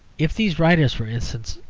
if these writers, for instance,